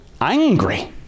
angry